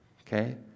Okay